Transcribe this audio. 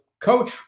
coach